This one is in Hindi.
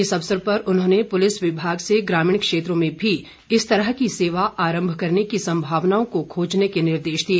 इस अवसर पर उन्होंने पुलिस विभाग से ग्रामीण क्षेत्रों में भी इस तरह की सेवा आरम्भ करने की संभावनाओं को खोजने के निर्देश दिए